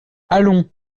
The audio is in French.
allons